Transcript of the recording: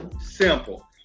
simple